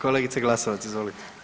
Kolegice Glasovac, izvolite.